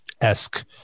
esque